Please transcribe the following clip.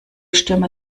stürmer